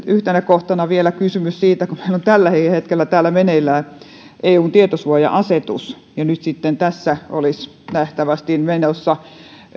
yhtenä kohtana vielä kysymys siitä kun meillä on tälläkin hetkellä täällä meneillään eun tietosuoja asetus ja nyt sitten tässä olisi nähtävästi menossa